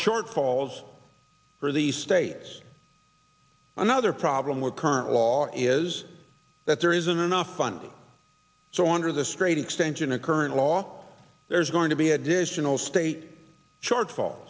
shortfalls for the states another problem with current law is that there isn't enough funding so under the straight extension of current law there's going to be additional state charge fall